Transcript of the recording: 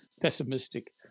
pessimistic